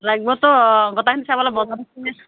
লাগিবতো গোটেইখিনি চাব লাগিব